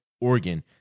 Oregon